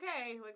okay